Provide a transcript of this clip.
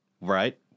right